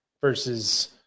versus